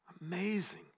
Amazing